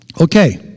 Okay